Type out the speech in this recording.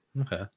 Okay